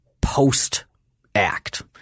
post-act